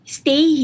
stay